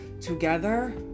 together